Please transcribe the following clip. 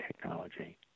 technology